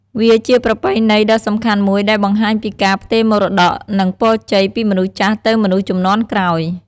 វាជាប្រពៃណីដ៏សំខាន់មួយដែលបង្ហាញពីការផ្ទេរមរតក និងពរជ័យពីមនុស្សចាស់ទៅមនុស្សជំនាន់ក្រោយ។